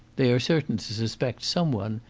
they are certain to suspect some one,